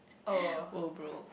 !whoa! bro